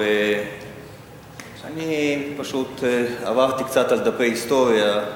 ואני פשוט עברתי קצת על דפי ההיסטוריה.